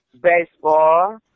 baseball